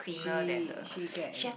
she she get